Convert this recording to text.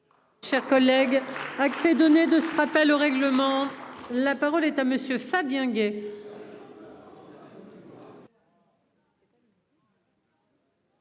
Chers collègues. Donner de ce rappel au règlement. La parole est à monsieur Fabien Gay.